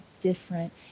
different